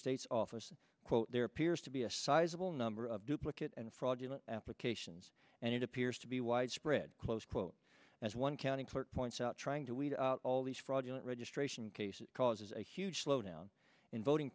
state's office quote there appears to be a sizable number of duplicate and fraudulent applications and it appears to be widespread close quote as one county clerk points out trying to weed out all these fraudulent registration cases causes a huge slowdown in voting